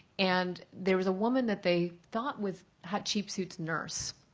and there was a woman that they thought was hatshepsut's nurse,